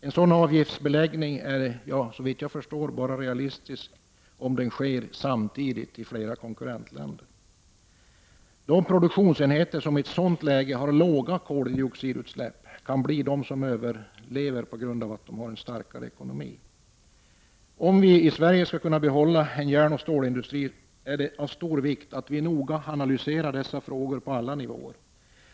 En sådan avgiftsbeläggning är, såvitt jag förstår, realistisk endast om den sker samtidigt i flera konkurrentländer. De produktionsenheter som i ett sådant läge har låga mängder av koldioxidutsläpp kan bli de som överlever tack vare att de har en starkare ekonomi. Om vi i Sverige skall kunna behålla en järnoch stålindustri, är det av stor vikt att vi noga analyserar dessa frågar på alla nivåer.